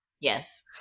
Yes